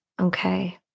Okay